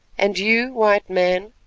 and you, white man,